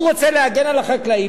הוא רוצה להגן על החקלאים,